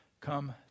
come